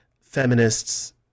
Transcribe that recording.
feminists